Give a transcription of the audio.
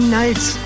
nights